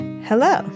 Hello